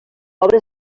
obra